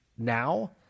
Now